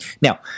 Now